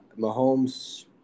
Mahomes